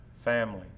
family